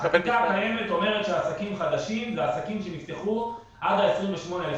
החקיקה הקיימת אומרת שעסקים חדשים זה עסקים שנפתחו עד ה-28.2.